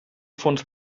fons